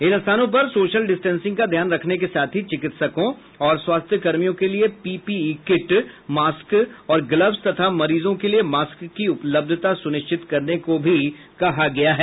इन स्थानों पर social distancing का ध्यान रखने के साथ ही चिकित्सकों एवं स्वास्थकर्मियों के लिए पीपीई किट मास्क और ग्लब्स तथा मरीजों के लिए मास्क की उपलब्धता सुनिश्चित करने को भी कहा गया है